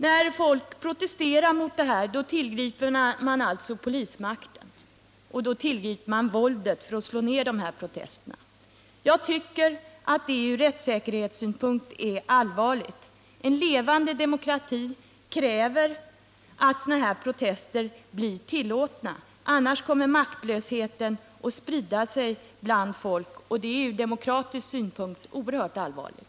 När folk protesterar mot detta tillgriper man alltså polismakten för att med våld slå ned de här protesterna. Jag tycker det ur rättssäkerhetssynpunkt är allvarligt. En levande demokrati kräver att sådana här protester blir tillåtna. Annars kommer maktlösheten att sprida sig bland folket, och det är ur demokratisk synpunkt oerhört allvarligt.